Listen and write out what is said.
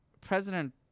President